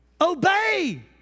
obey